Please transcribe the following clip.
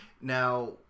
Now